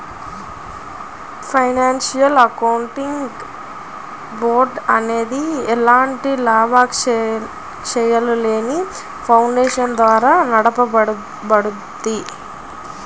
financial accounting board అనేది ఎలాంటి లాభాపేక్షలేని ఫౌండేషన్ ద్వారా నడపబడుద్ది